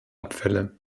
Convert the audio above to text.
abfälle